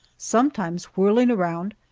sometimes whirling around,